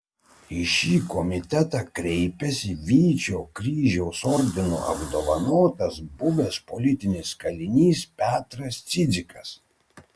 į šį komitetą kreipėsi vyčio kryžiaus ordinu apdovanotas buvęs politinis kalinys petras cidzikas